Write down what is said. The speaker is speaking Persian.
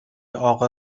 اقا